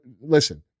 Listen